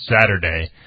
Saturday